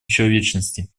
человечности